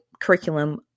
curriculum